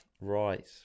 right